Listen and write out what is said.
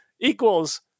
equals